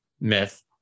myth